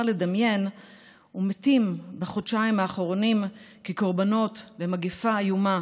לדמיין ומתים בחודשיים האחרונים כקורבנות למגפה איומה